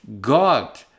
God